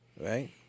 right